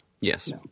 Yes